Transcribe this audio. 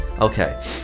Okay